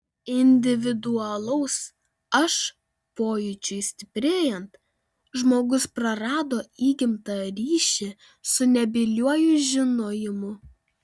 individualaus aš pojūčiui stiprėjant žmogus prarado įgimtą ryšį su nebyliuoju žinojimu